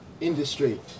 industry